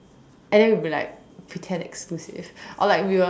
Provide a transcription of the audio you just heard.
and we would be like pretend exclusive or like we will